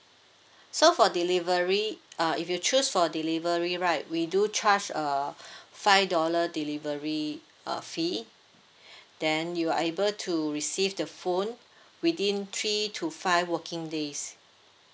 so for delivery uh if you choose for delivery right we do charge a five dollar delivery uh fee then you are able to receive the phone within three to five working days